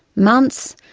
months,